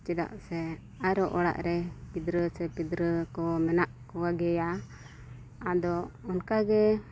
ᱪᱮᱫᱟᱜ ᱥᱮ ᱟᱨᱚ ᱚᱲᱟᱜ ᱨᱮ ᱜᱤᱫᱽᱨᱟᱹ ᱥᱮ ᱯᱤᱫᱨᱟᱹ ᱠᱚ ᱢᱮᱱᱟᱜ ᱠᱚ ᱜᱮᱭᱟ ᱟᱫᱚ ᱚᱱᱠᱟᱜᱮ